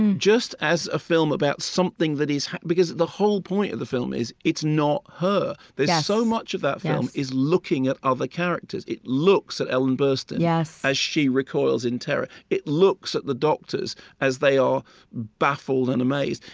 and just as a film about something that is happening because the whole point of the film is, it's not her. there's so much of that film is looking at other characters. it looks at ellen burstyn yeah as she recoils in terror. it looks at the doctors as they are baffled and amazed.